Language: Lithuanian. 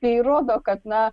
tai rodo kad na